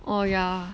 oh yeah